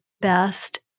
best